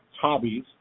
hobbies